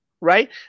right